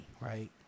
right